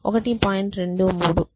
23